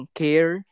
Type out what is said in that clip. care